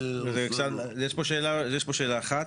יש פה שאלה אחת,